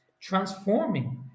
transforming